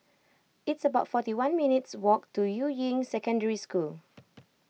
it's about forty one minutes walk to Yuying Secondary School